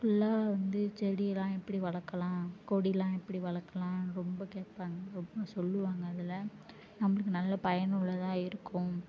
ஃபுல்லாக வந்து செடியலாம் எப்படி வளர்க்கலாம் கொடிலாம் எப்படி வளர்க்கலாம் ரொம்ப கேட்பாங்க ரொம்ப சொல்லுவாங்க அதில் நம்மளுக்கு நல்லா பயனுள்ளதாக இருக்கும்